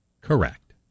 Correct